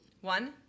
one